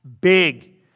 big